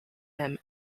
him